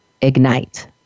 Ignite